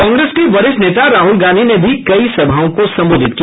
कांग्रेस के वरिष्ठ नेता राहुल गांधी ने भी कई सभाओं को संबोधित किया